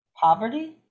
Poverty